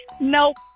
Nope